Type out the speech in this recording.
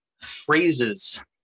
phrases